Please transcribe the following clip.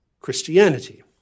Christianity